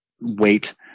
wait